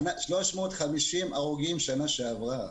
היו 350 הרוגים בשנה שעברה.